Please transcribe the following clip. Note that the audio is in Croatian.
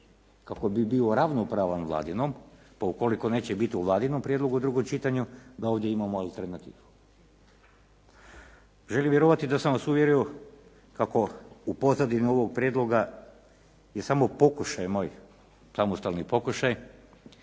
kako bi bio ravnopravan Vladinom pa ukoliko neće biti u Vladinom prijedlogu u drugom čitanju da ovdje imamo alternativu. Želim vjerovati da sam vas uvjerio kako u pozadini ovog prijedloga je samo pokušaj, moj samostalni pokušaj